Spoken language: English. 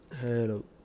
Hello